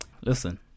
Listen